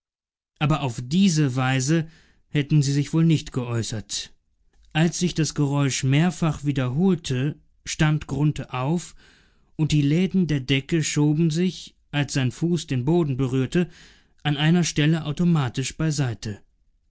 aber auf diese weise hätten sie sich wohl nicht geäußert als sich das geräusch mehrfach wiederholte stand grunthe auf und die läden der decke schoben sich als sein fuß den boden berührte an einer stelle automatisch